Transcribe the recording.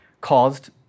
caused